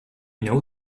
know